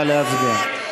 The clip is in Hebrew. נא להצביע.